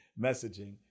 messaging